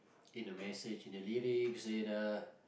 in a message in the lyrics in uh